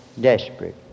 desperate